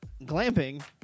glamping